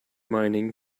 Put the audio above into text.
mining